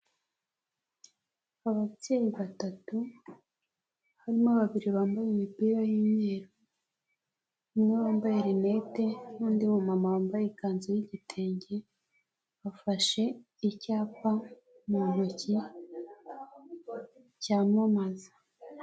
Ababyeyi batatu harimo babiri bambaye imipira y'imyeru umwe wambaye linete n'undi mu mama wambaye ikanzu y'igitenge bafashe icyapa mu ntoki cyamamaza.